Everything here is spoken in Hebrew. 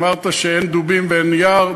אמרת שאין דובים ואין יער.